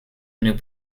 new